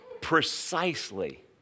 Precisely